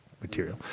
material